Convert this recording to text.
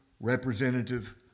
representative